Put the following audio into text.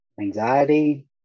anxiety